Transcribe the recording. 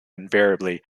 invariably